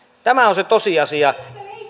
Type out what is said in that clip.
tämä on se tosiasia